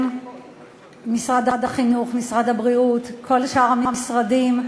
שמשרד החינוך, משרד הבריאות, כל שאר המשרדים,